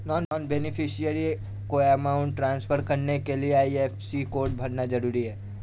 non beneficiary को amount transfer करने के लिए आई.एफ.एस.सी कोड भरना जरूरी है